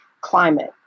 climate